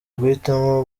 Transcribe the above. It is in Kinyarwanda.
guhitamo